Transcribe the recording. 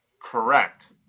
Correct